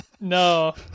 No